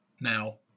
now